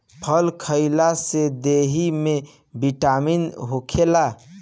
फल खइला से देहि में बिटामिन होखेला